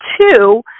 two